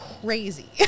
crazy